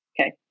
okay